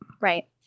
Right